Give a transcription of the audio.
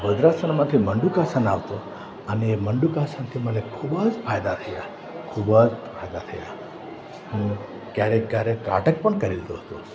વજ્રાસનમાંથી મંડુકાસન આવતો અને મંડુકાસનથી મને ખૂબ જ ફાયદા થયા ખૂબ જ ફાયદા થયા હું ક્યારેક ક્યારેક ત્રાટક પણ કરી લેતો હતો